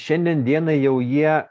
šiandien dienai jau jie